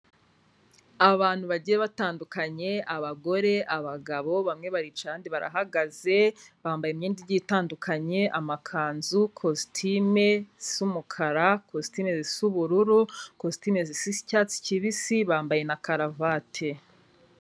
Abantu bagiye batandukanye abagore, abagabo bamwe baricaye abandi barahagaze, bambaye imyenda igiye itandukanye amakanzu, kositime z'umukara, kositime zisa ubururu, kositime zisa icyatsi kibisi bambaye na karavate.